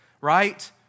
right